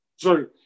Sorry